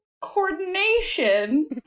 coordination